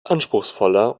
anspruchsvoller